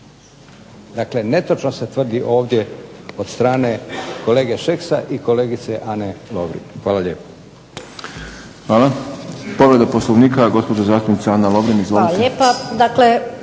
Dakle netočno se tvrdi ovdje od strane kolege Šeksa i kolegice Ane Lovrin. Hvala lijepo. **Šprem, Boris (SDP)** Hvala. Povreda Poslovnika, gospođa zastupnica Ana Lovrin. Izvolite.